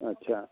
अच्छा